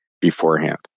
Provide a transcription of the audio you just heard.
beforehand